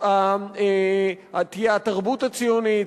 תהיה התרבות הציונית,